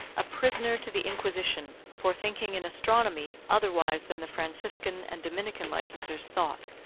a prisoner to the inquisition, for thinking in astronomy otherwise than the franciscan and dominican licensers thought.